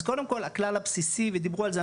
אז קודם כל הכלל הבסיסי ודיברו על זה,